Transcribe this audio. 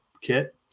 kit